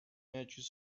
magic